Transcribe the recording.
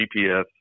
GPS